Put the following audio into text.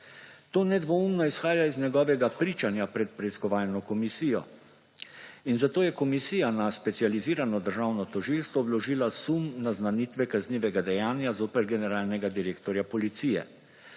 To nedvoumno izhaja iz njegovega pričanja pred preiskovalno komisijo in zato je komisija na Specializirano državno tožilstvo vložila sum naznanitve kaznivega dejanja zoper generalnega direktorja policije.